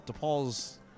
DePaul's